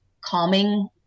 calming